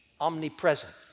omnipresent